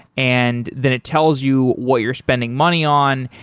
and then it tells you what you're spending money on,